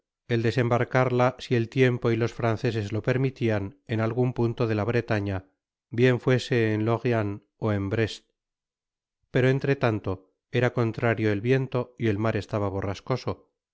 el desembarcarla si el tiempo y los franceses lo permitian en algun punto de la bretaña bien foese en lorientóen brest pero entretanto era contrario el viento y el mar estaba borrascoso no